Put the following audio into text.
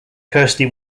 kirsty